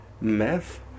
meth